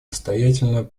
настоятельно